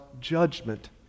judgment